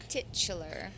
Titular